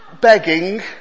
begging